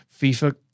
FIFA